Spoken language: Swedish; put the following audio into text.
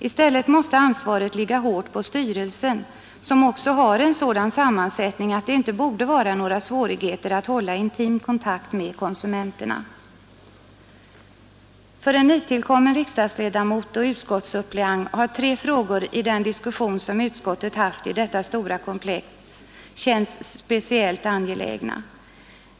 I stället måste ansvaret ligga hårt på styrelsen, som också har en sådan sammansättning, att det inte borde vara några svårigheter att hålla intim kontakt med konsumenterna. För en nytillkommen riksdagsledamot och utskottssuppleant har tre frågor i den diskussion, som utskottet haft i detta stora komplex, känts speciellt angelägna.